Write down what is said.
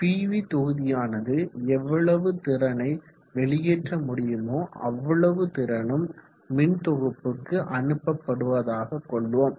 PV தொகுதியானது எவ்வளவு திறனை வெளியேற்ற முடியுமோ அவ்வளவு திறனும் மின் தொகுப்புக்கு அனுப்பப்படுவதாக கொள்வோம்